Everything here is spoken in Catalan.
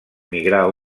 migrar